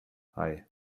hei